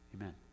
Amen